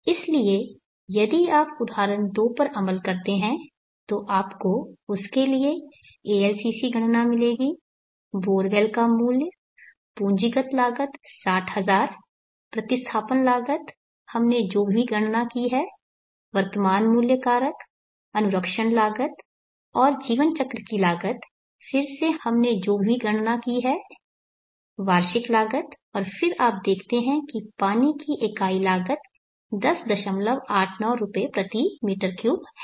इसलिए यदि आप उदाहरण 2 पर अमल करते हैं तो आपको उसके लिए ALCC गणना मिलेगी बोरवेल का मूल्य पूंजीगत लागत 60000 प्रतिस्थापन लागत हमने जो भी गणना की है वर्तमान मूल्य कारक अनुरक्षण लागत और जीवन चक्र की लागत फिर से हमने जो भी गणना की है वार्षिक लागत और फिर आप देखते हैं कि पानी की इकाई लागत 1089 रुपये प्रति m3 है